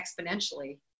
exponentially